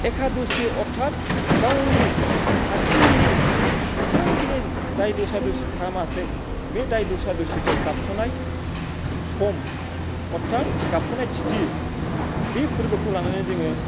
एखादसि अर्थाथ गावनि हारसिंयैनि जेसेबांखिनि दाय दसा दसि थायानाथों बे दाय दसा दसिखौ गाबखनाय सम अर्थाथ गाबखनाय थिथि बे फोरबोखौ लानानै जोङो